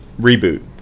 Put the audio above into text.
reboot